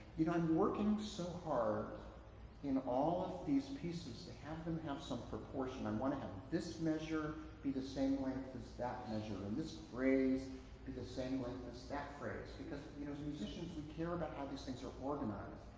you know i'm working so hard in all of these pieces to have them have some proportion. i want to have this measure be the same length as that measure, and this phrase be the same length as that phrase. because because musicians, we care about how these things are organized.